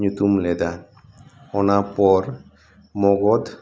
ᱧᱩᱛᱩᱢ ᱞᱮᱫᱟ ᱚᱱᱟ ᱯᱚᱨ ᱢᱚᱜᱚᱫᱷ